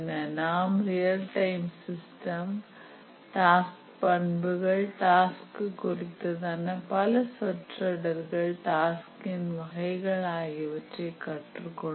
நாம் real time system task பண்புகள் task குறித்ததான பல சொற்றொடர்கள் டாஸ்க் இன் வகைகள் ஆகியவற்றை கற்றுக்கொண்டோம்